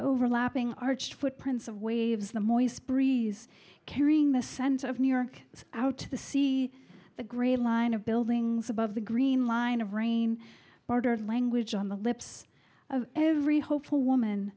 overlapping arched footprints of waves the moist breeze carrying the scent of new york out to the sea the gray line of buildings above the green line of rain bordered language on the lips of every hopeful woman